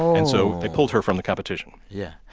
and so they pulled her from the competition yeah.